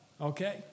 okay